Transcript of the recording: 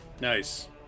Nice